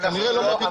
כנראה לא מבינים.